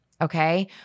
okay